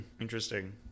Interesting